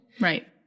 Right